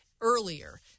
earlier